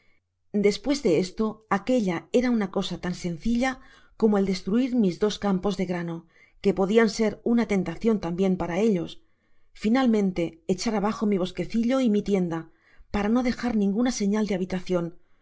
despues de esto aquella era una cosa tan sencilla como el destruir mis dos campos de grano que podian ser una tentacion tambien para ellos finalmente echar abajo mi bosquecillo y mi tienda para no dejar ninguna señal de habitacion